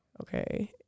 Okay